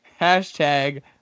hashtag